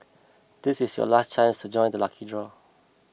this is your last chance to join the lucky draw